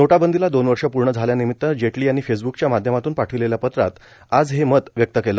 नोटाबंदीला दोन वर्ष पूर्ण झाल्यानिमित्त जेटली यांनी फेसबुकच्या माध्यमातून पाठविलेल्या पत्रात आज हे मत व्यक्त केलं